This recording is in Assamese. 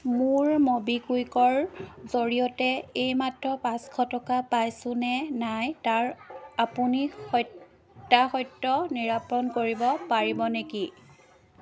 মোৰ ম'বিকুইকৰ জৰিয়তে এইমাত্ৰ পাঁচশ টকা পাইছো নে নাই তাৰ আপুনি সত্যাসত্য নিৰূপণ কৰিব পাৰিব নেকি